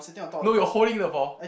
no you're holding the ball